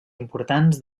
importants